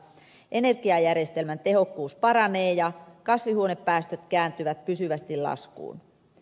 energiajärjestelmän tehokkuus paranee ja kasvihuonepäästöt kääntyvät pysyvästi laskuun